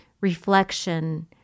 reflection